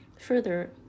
Further